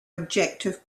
objective